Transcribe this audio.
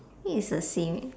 it is the same